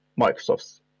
Microsoft's